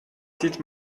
sieht